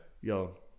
Yo